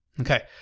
Okay